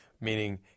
meaning